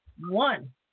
one